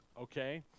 okay